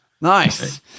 Nice